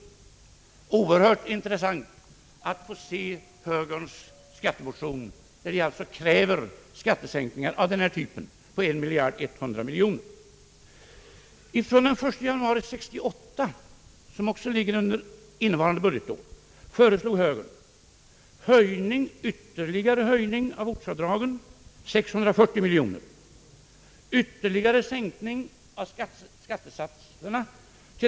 Det skall bli oerhört intressant att få se högerns skattemotion, där ni alltså kräver skattesänkningar av denna typ på 1100 miljoner kronor.